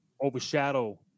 overshadow